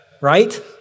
Right